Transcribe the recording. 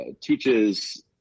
teaches